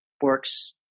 works –